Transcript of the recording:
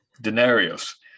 Denarius